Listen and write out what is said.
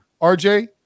RJ